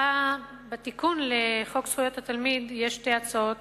בתיקון לחוק זכויות התלמיד יש שתי הצעות.